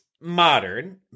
modern